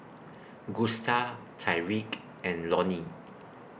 Gusta Tyrique and Lonie